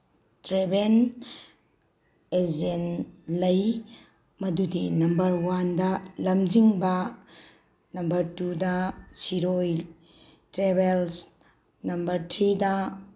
travel agent ꯂꯩ ꯃꯗꯨꯗꯤ number ꯋꯥꯟꯗ ꯂꯝꯖꯤꯡꯕ ꯅꯝꯕꯔ ꯇꯨꯗ ꯁꯤꯔꯣꯏ ꯇ꯭ꯔꯦꯕꯦꯜꯁ ꯅꯝꯕꯔ ꯊ꯭ꯔꯤꯗ